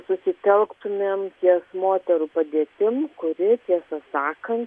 susitelktumėm ties moterų padėtimi kuri tiesą sakant